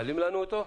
מעלים לנו אותו?